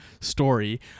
story